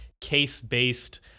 case-based